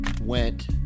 went